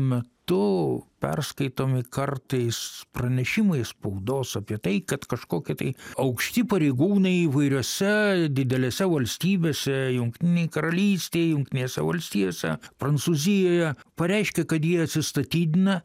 metu perskaitomi kartais pranešimai spaudos apie tai kad kažkokie tai aukšti pareigūnai įvairiose didelėse valstybėse jungtinėj karalystėj jungtinėse valstijose prancūzijoje pareiškia kad jie atsistatydina